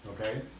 okay